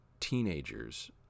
teenagers